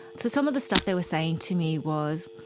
so some of the stuff they were saying to me was,